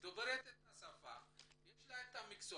היא דוברת השפה, יש לה המקצוע.